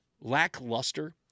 lackluster